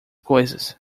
coisas